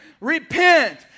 Repent